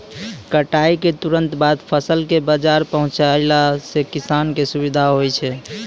कटाई क तुरंत बाद फसल कॅ बाजार पहुंचैला सें किसान कॅ सुविधा होय छै